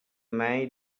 may